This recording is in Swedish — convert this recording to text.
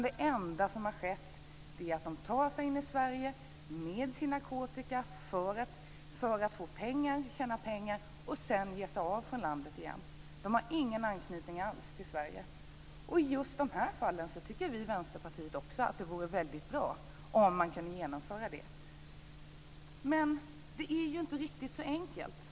Det enda som har skett är att de tar sig in i Sverige med sin narkotika för att tjäna pengar och sedan ge sig av från landet igen. De har ingen anknytning alls till Sverige. Och i just dessa fall tycker också vi i Vänsterpartiet att det vore väldigt bra om man kunde genomföra detta. Men det är ju inte riktigt så enkelt.